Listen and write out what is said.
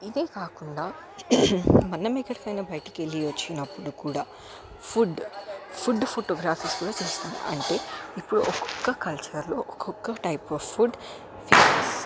ఇదే కాకుండా మనము ఎక్కడికైనా బయటికి వెళ్ళి వచ్చినపుడు కూడా ఫుడ్ ఫుడ్ ఫోటోగ్రఫీ కూడా చూస్తాము అంటే ఇప్పుడు ఒక్కొక్క కల్చర్లో ఒక్కొక్క టైప్ ఆఫ్ ఫుడ్